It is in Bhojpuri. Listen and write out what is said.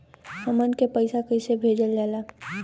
हमन के पईसा कइसे भेजल जाला?